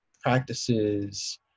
practices